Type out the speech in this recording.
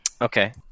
Okay